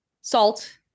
salt